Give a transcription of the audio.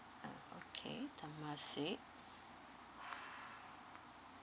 okay temasek